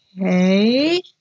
Okay